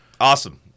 Awesome